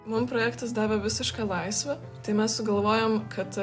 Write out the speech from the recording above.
mum projektas davė visišką laisvę tai mes sugalvojom kad